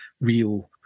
real